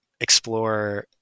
explore